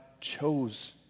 chose